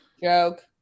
Joke